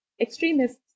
extremists